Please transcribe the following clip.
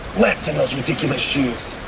less in those ridiculous shoes.